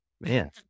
Man